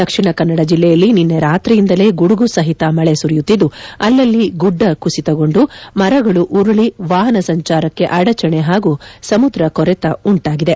ದಕ್ಷಿಣ ಕನ್ನಡ ಜಿಲ್ಲೆಯಲ್ಲಿ ನಿನ್ನೆ ರಾತ್ರಿಯಿಂದಲೇ ಗುಡುಗು ಸಹಿತ ಮಳೆ ಸುರಿಯುತ್ತಿದ್ದು ಅಲ್ಲಲ್ಲಿ ಗುಡ್ಡ ಕುಸಿತಗೊಂಡು ಮರಗಳು ಉರುಳಿ ವಾಹನ ಸಂಚಾರಕ್ಕೆ ಅಡಚಣೆ ಹಾಗೂ ಸಮುದ್ರ ಕೊರೆತ ಉಂಟಾಗಿದೆ